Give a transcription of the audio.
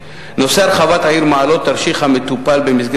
שיאפשרו את הרחקתם למדינות המוצא או למדינות